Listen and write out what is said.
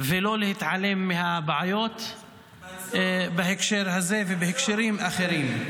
ולא להתעלם מהבעיות בהקשר הזה ובהקשרים אחרים.